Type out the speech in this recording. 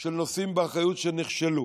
של נושאים באחריות שנכשלו.